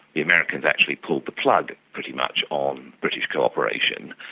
the americans actually pulled the plug pretty much on british cooperation.